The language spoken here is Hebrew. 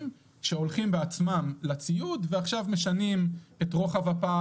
שהולכים בעצמם לציוד ומשנים את רוחב הפס,